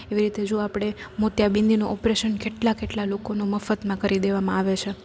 નઈ તે જો આપણે મોતિયા બિંદીનો ઓપરેશન કેટલા કેટલા લોકોનો મફતમાં કરી દેવામાં આવે છે